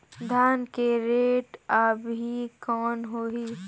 धान के रेट अभी कौन होही?